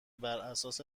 براساس